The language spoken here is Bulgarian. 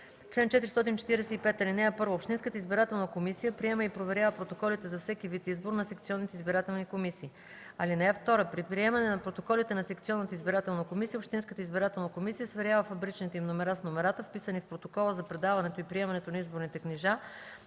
Чл. 445. (1) Общинската избирателна комисия приема и проверява протоколите за всеки вид избор на секционните избирателни комисии. (2) При приемане на протоколите на секционната избирателна комисия общинската избирателна комисия сверява фабричните им номера с номерата, вписани в протокола за предаването и приемането на изборните книжа